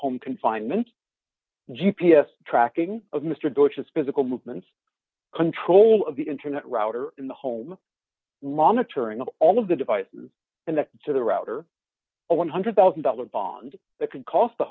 home confinement g p s tracking of mr bush's physical movements control of the internet router in the home monitoring of all of the devices and then to the router a one hundred thousand dollars bond that could cost the